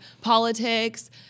politics